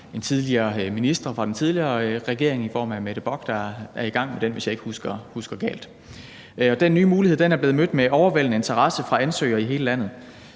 en tidligere minister fra den tidligere regering i skikkelse af Mette Bock, der er i gang med den, hvis jeg ikke husker galt. Den nye mulighed er blevet mødt med overvældende interesse fra ansøgere i hele landet.